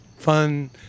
Fun